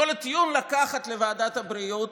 כשכל הטיעון לקחת לוועדת הבריאות,